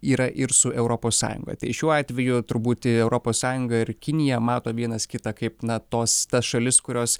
yra ir su europos sąjunga tai šiuo atveju turbūt europos sąjunga ir kinija mato vienas kitą kaip na tos tas šalis kurios